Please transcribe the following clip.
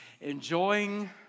enjoying